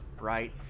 right